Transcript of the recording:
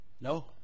no